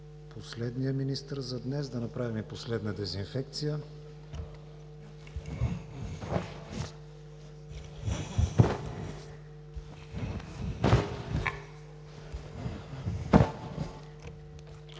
последния министър за днес, да направим последна дезинфекция.